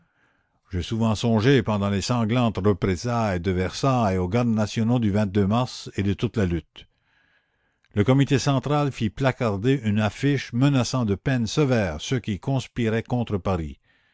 j'ai souvent songé pendant les sanglantes représailles de versailles aux gardes nationaux du mars et de toute la lutte le comité central fit placarder une affiche menaçant de peines sévères ceux qui conspiraient contre paris